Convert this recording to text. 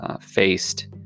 faced